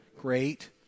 great